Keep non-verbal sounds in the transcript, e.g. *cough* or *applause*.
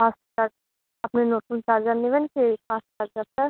fast *unintelligible* আপনি নতুন charger নিবেন কি এই ফাস্ট চার্জারটা